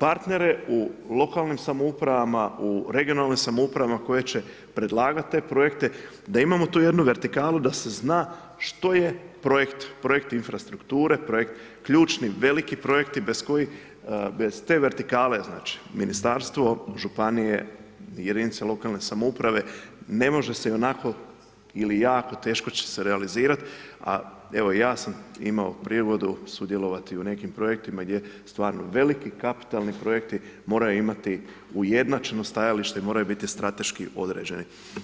partnere u lokalnim samoupravama, u regionalnim samoupravama, koje će predlagati te projekte, da imamo tu jednu vertikalu da se zna što je projekt, projekt infrastrukture, projekt, ključni veliki projekti bez kojih, bez te vertikale znači, ministarstvo, županije, jedinice lokalne samouprave ne mogu se ionako ili jako teško će se realizirati a evo ja sam imao prigodu sudjelovati u nekim projektima gdje stvarno veliki kapitali projekti moraju imati ujednačeno stajalište, moraju biti strateški određeni.